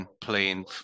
playing